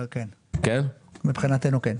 מבחינתנו כן.